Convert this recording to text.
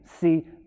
see